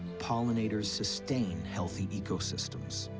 pollinators sustain healthy ecosystems.